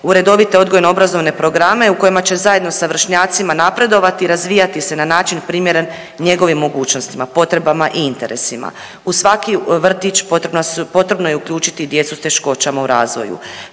redovite odgojno-obrazovne programe u kojima će zajedno sa vršnjacima napredovati i razvijati se na način primjeren njegovim mogućnostima, potrebama i interesima. U svaki vrtić potrebno je uključiti i djecu s teškoćama u razvoju.